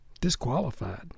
disqualified